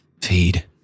feed